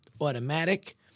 automatic